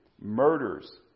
murders